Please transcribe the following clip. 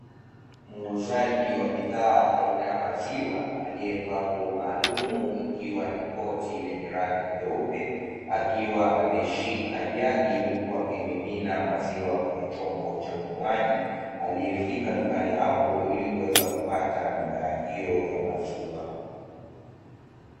Muuzaji wa bidhaa aina ya maziwa aliyevaa nguo maalumu ikiwa ni koti lenye rangi nyeupe akiwa ameishika jagi, huku akimimina maziwa kwenye chombo cha mnunuaji aliyefika dukani hapo ili kuweza kupata bidhaa hiyo ya maziwa.